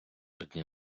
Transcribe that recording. одні